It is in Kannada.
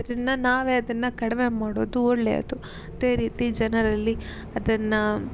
ಆದ್ದರಿಂದ ನಾವೇ ಅದನ್ನು ಕಡಿಮೆ ಮಾಡುವುದು ಒಳ್ಳೆಯದು ಅದೇ ರೀತಿ ಜನರಲ್ಲಿ ಅದನ್ನು